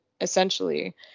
essentially